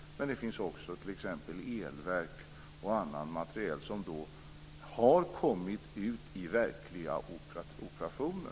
Men det finns också t.ex. elverk och annan materiel som har kommit ut i verkliga operationer.